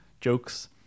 jokes